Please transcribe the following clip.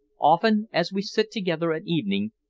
often as we sit together at evening,